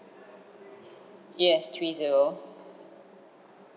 yes three zero